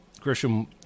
Grisham